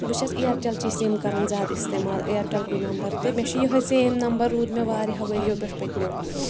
بہٕ چھَس اِیَرٹیٚل چی سِم کَرَان زیادٕ اِستعمال اِیرٹیٚل کُے نمبر تہٕ مےٚ چھُ یِہے سیم نمبر روٗد مےٚ واریاہو ؤریو پٮ۪ٹھ پٔتمیو